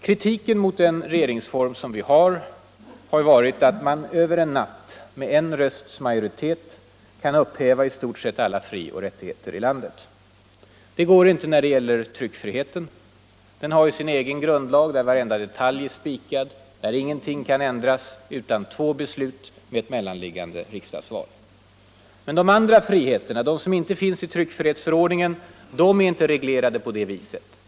Kritiken mot denna del i vår regeringsform har gällt att man över en natt med en rösts majoritet kan upphäva i stort sett alla frioch rättigheter i landet. Det går inte när det gäller tryckfriheten. Den har sin egen grundlag där varje detalj är bestämd. Där kan ingenting ändras utan två beslut med ett mellanliggande riksdagsval. Men de andra friheterna som inte finns i tryckfrihetsförordningen är inte reglerade på det viset.